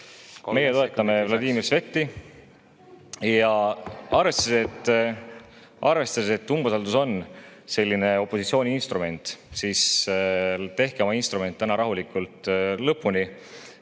Meie toetame Vladimir Sveti. Ja arvestades, et umbusaldus on opositsiooni instrument, tehke oma instrument täna rahulikult lõpuni.